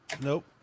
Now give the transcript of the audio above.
Nope